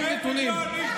16 כתבי אישום,